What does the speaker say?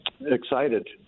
excited